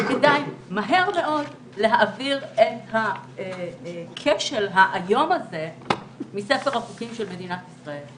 כדאי מהר מאוד להעביר את הכשל האיום הזה מספר החוקים של מדינת ישראל,